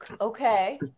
Okay